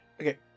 Okay